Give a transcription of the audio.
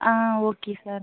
ah okay sir